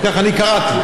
כך אני קראתי.